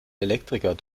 elektriker